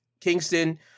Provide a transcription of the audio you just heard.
Kingston